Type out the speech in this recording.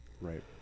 Right